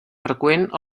freqüent